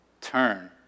turn